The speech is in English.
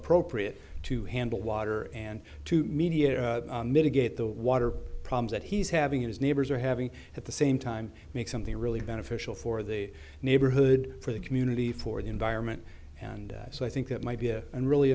appropriate to handle water and to mediate mitigate the water problems that he's having his neighbors are having at the same time make something really beneficial for the neighborhood for the community for the environment and so i think that might be a and really